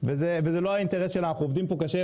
אנחנו עובדים פה קשה,